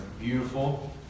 beautiful